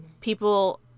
People